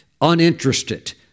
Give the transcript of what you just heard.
uninterested